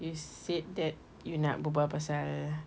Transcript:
you said that you nak berbual pasal